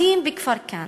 בתים בכפר-כנא,